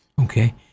Okay